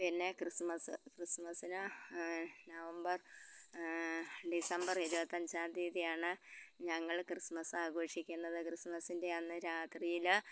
പിന്നെ ക്രിസ്മസ് ക്രിസ്മസിന് November December ഇരുപത്തഞ്ചാം തീയതിയാണ് ഞങ്ങൾ ക്രിസ്മസ് ആഘോഷിക്കുന്നത് ക്രിസ്മസിൻ്റെ അന്ന് രാത്രിയിൽ